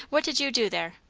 what did you do there?